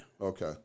Okay